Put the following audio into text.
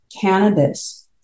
cannabis